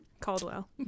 Caldwell